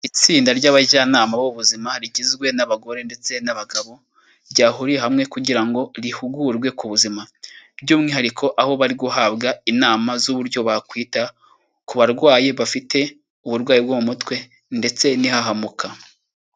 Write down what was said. Itsinda ry'abajyanama b'ubuzima rigizwe n'abagore ndetse n'abagabo, ryahuriye hamwe kugira ngo rihugurwe ku buzima. By'umwihariko aho bari guhabwa inama z'uburyo bakwita ku barwayi bafite uburwayi bwo mu mutwe ndetse n'ihahamuka.